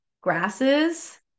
grasses